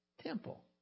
temple